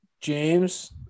James